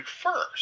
first